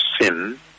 sin